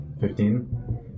Fifteen